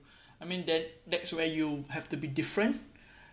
I mean that that's where you have to be different